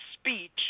speech